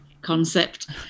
concept